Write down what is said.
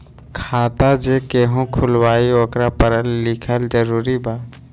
खाता जे केहु खुलवाई ओकरा परल लिखल जरूरी वा?